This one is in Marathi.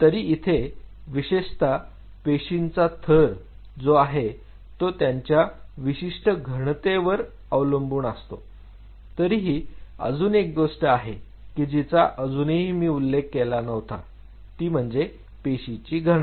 तरी इथे विशेषतः पेशींचा थर जो आहे तो त्यांच्या विशिष्ट घनतेवर ते अवलंबून असतं तरीही अजून एक गोष्ट आहे की ही जिचा अजूनही मी उल्लेख केला नव्हता ती म्हणजे पेशीची घनता